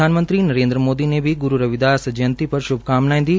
प्रधानमंत्री नरेन्द्र मोदी ने भी गुरू रविदास जयंती पर श्भकामनायें दी